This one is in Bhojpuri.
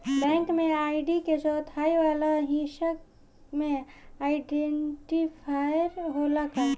बैंक में आई.डी के चौथाई वाला हिस्सा में आइडेंटिफैएर होला का?